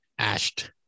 Ashed